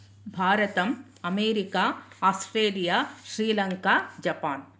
भारतम् America Australia Sri Lanka Japan